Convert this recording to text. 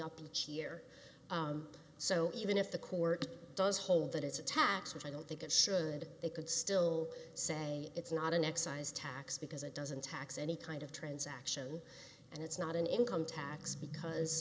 year so even if the court does hold that it's a tax which i don't think it should they could still say it's not an excise tax because it doesn't tax any kind of transaction and it's not an income tax because